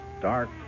dark